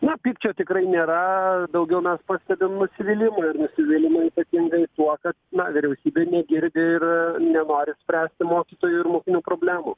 na pykčio tikrai nėra daugiau mes pastebim nusivylimą ir nusivylimą ypatingai tuo kad vyriausybė negirdi ir nenori spręsti mokytojų ir mokinių problemų